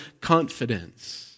confidence